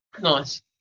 Nice